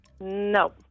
No